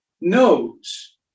knows